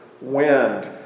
wind